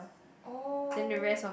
oh